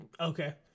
Okay